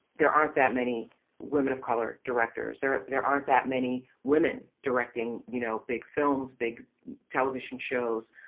there aren't that many women of color, directors are there aren't that many women directing, you know, big films, big television shows.